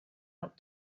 out